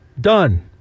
Done